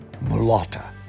mulatta